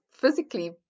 physically